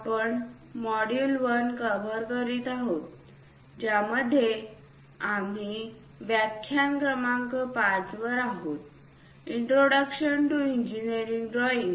आपण module 1 cover करीत आहोत ज्यामध्ये आम्ही व्याख्यान क्रमांक 5 वर आहोत इंट्रोडक्शन टू इंजीनियरिंग ड्रॉईंग